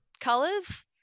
colors